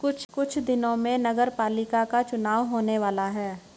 कुछ दिनों में नगरपालिका का चुनाव होने वाला है